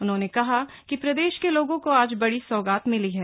उन्होंने कहा कि प्रदेश के लोगों को आज बड़ी सौगात मिली है